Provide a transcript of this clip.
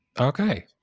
Okay